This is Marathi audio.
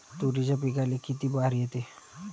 तुरीच्या पिकाले किती बार येते?